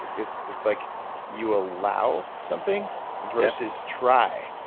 it's it's like you allow something versus try.